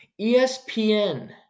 ESPN